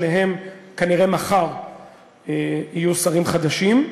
כנראה שניהם יהיו מחר שרים חדשים.